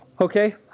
Okay